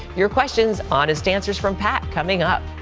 your questions, honest answers from pat coming up.